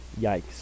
Yikes